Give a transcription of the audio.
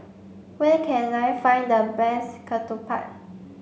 where can I find the best Ketupat